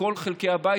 מכל חלקי הבית,